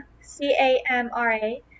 c-a-m-r-a